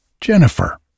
Jennifer